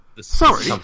sorry